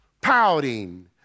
pouting